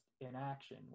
inaction